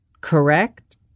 correct